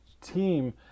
team